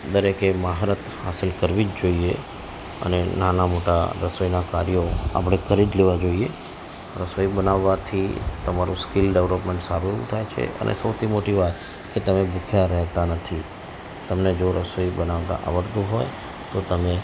દરેકે મહારત હાસીલ કરવી જ જોઈએ અને નાના મોટા રસોઈના કાર્યો આપણે કરી જ લેવા જોઈએ રસોઈ બનાવવાથી તમારું સ્કિલ ડેવલોપમેન્ટ સારું થાય છે અને સૌથી મોટી વાત કે તમે ભૂખ્યા રહેતા નથી તમને જો રસોઈ બનાવતા આવડતું હોય તો તમે